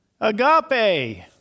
agape